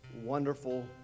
wonderful